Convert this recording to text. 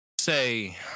say